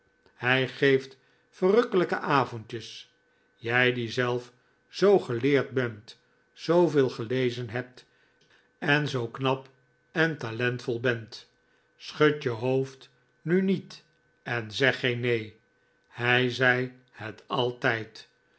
hij geeft verukkelijke avondjes jij die zelf zoo geleerd bent zooveel gelezen hebt en zoo knap en talentvol bent schud je hoofd nu niet en zeg geen nee hij zei het altijd